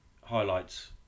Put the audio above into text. highlights